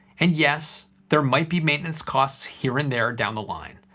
and yes, there might be maintenance costs here and there down the line.